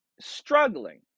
struggling